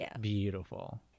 beautiful